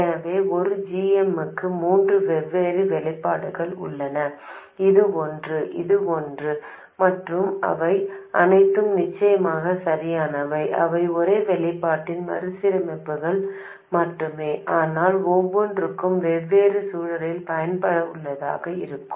எனவே ஒரு g mக்கு மூன்று வெவ்வேறு வெளிப்பாடுகள் உள்ளன இது ஒன்று அது ஒன்று மற்றும் அவை அனைத்தும் நிச்சயமாக சரியானவை அவை ஒரே வெளிப்பாட்டின் மறுசீரமைப்புகள் மட்டுமே ஆனால் ஒவ்வொன்றும் வெவ்வேறு சூழலில் பயனுள்ளதாக இருக்கும்